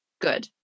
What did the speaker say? good